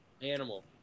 Animal